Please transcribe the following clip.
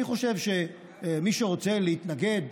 אני חושב שמי שרוצה להתנגד,